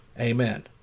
Amen